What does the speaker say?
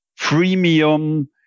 freemium